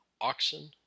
Oxen